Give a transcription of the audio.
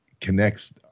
connects